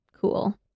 Cool